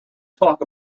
talk